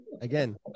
again